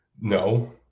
No